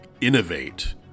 innovate